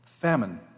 Famine